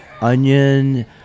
Onion